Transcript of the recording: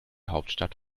hauptstadt